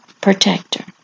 protector